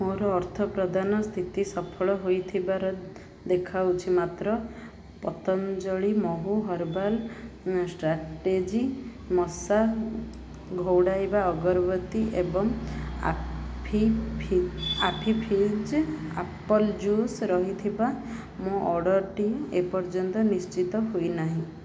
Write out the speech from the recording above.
ମୋର ଅର୍ଥ ପ୍ରଦାନ ସ୍ଥିତି ସଫଳ ହୋଇଥିବାର ଦେଖାଉଛି ମାତ୍ର ପତଞ୍ଜଳି ମହୁ ହର୍ବାଲ୍ ଷ୍ଟ୍ରାଟେଜି ମଶା ଘଉଡ଼ାଇବା ଅଗରବତୀ ଏବଂ Appy Appy Fizz apple juice ରହିଥିବା ମୋ ଅର୍ଡ଼ର୍ଟି ଏପର୍ଯ୍ୟନ୍ତ ନିଶ୍ଚିତ ହୋଇନାହିଁ